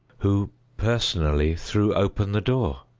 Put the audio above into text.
who, personally, threw open the door!